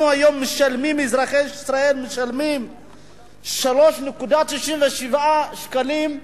אנחנו משלמים, אזרחי ישראל, 3.97 שקלים,